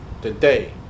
today